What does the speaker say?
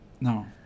No